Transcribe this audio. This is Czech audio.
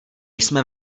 jsme